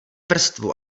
vrstvu